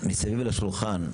מסביב לשולחן,